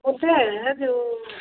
पूछ रहे हैं जो